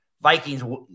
Vikings